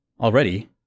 already